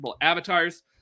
avatars